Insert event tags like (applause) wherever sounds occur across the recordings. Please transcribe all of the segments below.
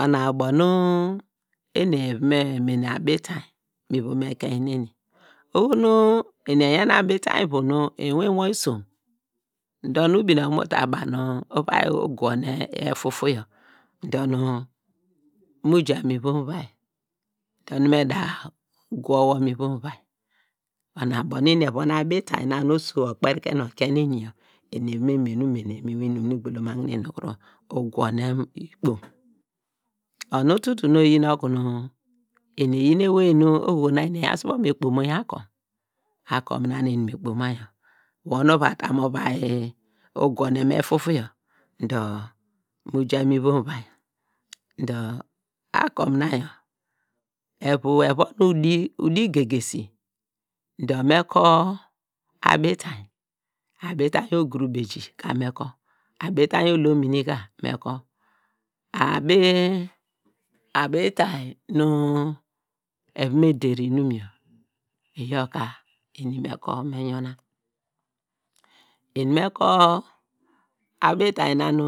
Ona ubo eni eva me mene a bitainy mu ivom ekein neni, oho nu, eni eyan abitainy ivu nu inwin mi isom dor nu ubinne okunu mu ta ba- a nu uva, ugwone efufuyor dor nu mu ya mu ivom uvai dor nu me da gwo wor mu ivom uvai, ona ubo nu eni evon abitainy na nu uso okperikan okien eni yor evon me mene umene mu igbolomagne nu kuru ugwonem ikpom, onu ututu nu oyin okunu eni, eyin ewey nu eni eyan subon me kpom ma ya akom, akom na mi eni me kpoma yor wor nu uvia ta mu uvia ugwonem efufuyor dor mu ja mu ivom uvia dor akom na yor evu evon udi, udi, gegesi dor me ka me kor, abitainy ogurubeji me kor, abitainy olomiini ka me kor abitainy abi abitainy nu eva me der` inum yor iyor ka eni me kor me yona, eni me kor abitainy na nu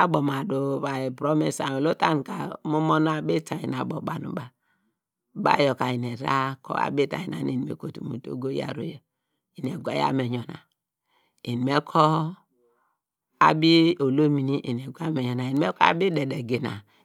abo mu adu buro me (unintelligible) utan ka mu mona abitainy na nu abo mu banu ba yor, ba yor ka eni ede ta kor abitainy na eni me kotu mu dogo yaro yor eni egwa yaw me yona, eni me kor abi olomini eni egwa, eni me kor abi idede gina.